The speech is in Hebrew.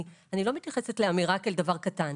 אני לא מתייחסת לאמירה כאל דבר קטן,